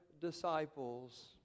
disciples